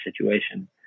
situation